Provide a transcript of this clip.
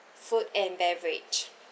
food and beverage